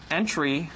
entry